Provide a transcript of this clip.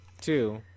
two